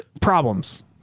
Problems